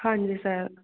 ਹਾਂਜੀ ਸਰ